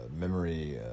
memory